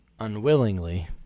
unwillingly